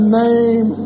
name